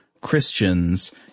Christians –